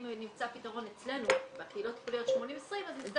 אם נמצא פתרון אצלנו בקהילות הטיפוליות 80/20 אז נצטרך